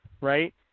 right